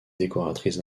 décoratrice